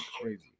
crazy